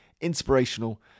inspirational